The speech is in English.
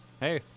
Hey